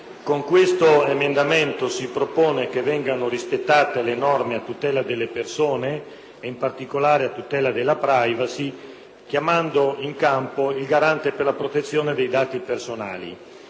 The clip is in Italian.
Con questo emendamento si propone che vengano rispettate le norme a tutela delle persone, in particolare della *privacy*, chiamando in campo il garante per la protezione dei dati personali.